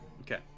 Okay